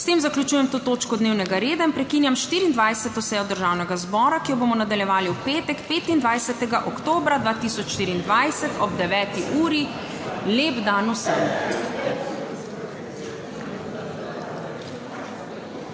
S tem zaključujem to točko dnevnega reda in prekinjam 24. sejo Državnega zbora, ki jo bomo nadaljevali v petek, 25. oktobra 2024, ob 9. uri. Lep dan vsem!